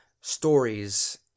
stories